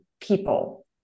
people